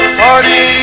party